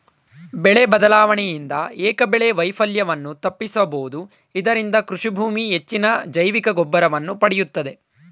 ಬೆಳೆ ಬದಲಾವಣೆಯಿಂದ ಏಕಬೆಳೆ ವೈಫಲ್ಯವನ್ನು ತಪ್ಪಿಸಬೋದು ಇದರಿಂದ ಕೃಷಿಭೂಮಿ ಹೆಚ್ಚಿನ ಜೈವಿಕಗೊಬ್ಬರವನ್ನು ಪಡೆಯುತ್ತದೆ